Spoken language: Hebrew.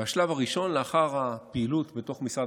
ובשלב הראשון לאחר הפעילות בתוך משרד